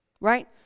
Right